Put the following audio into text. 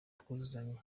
twuzuzanye